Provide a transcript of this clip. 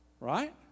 Right